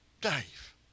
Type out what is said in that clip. Dave